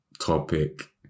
topic